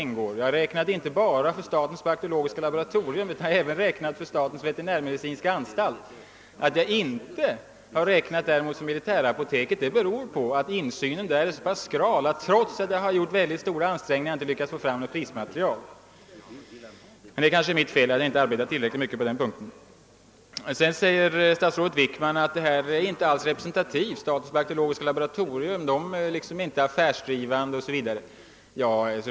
Jag har inte räknat bara med priserna vid statens bakteriologiska laboratorium utan även med priserna vid statens veterinärmedicinska anstalt. Att jag inte har räknat med militärapoteket beror på att insynen där är så skral att jag, trots att jag har gjort stora ansträngningar, inte har lyckats få fram något prismaterial. Men det kanske är mitt eget fel — jag har måhända inte arbetat tillräckligt mycket på den punkten. Sedan säger statsrådet Wickman att detta inte alls är representativt — statens bakteriologiska laboratorium är inte affärsmässigt o. s. v.